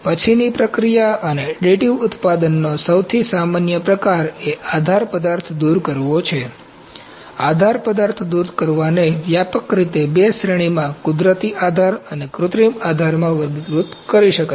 પછીની પ્રક્રિયા અને એડિટિવ ઉત્પાદનનો સૌથી સામાન્ય પ્રકાર એ આધાર પદાર્થ દૂર કરવો છે આધાર પદાર્થ દૂર કરવાને વ્યાપક રીતે બે શ્રેણીમાં કુદરતી આધાર અને કૃત્રિમ આધારમાં વર્ગીકૃત કરી શકાય છે